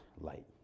light